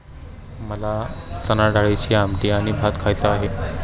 मला चणाडाळीची आमटी आणि भात खायचा आहे